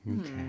Okay